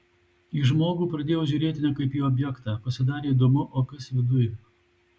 į žmogų pradėjau žiūrėti ne kaip į objektą pasidarė įdomu o kas viduj